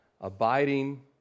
Abiding